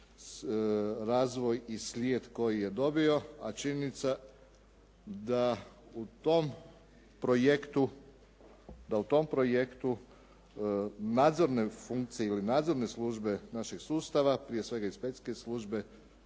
razvoj i slijed koji je dobio, a činjenica da u tom projektu, da u tom projektu nadzorne funkcije ili nadzorne službe našeg sustava prije svega inspekcijske službe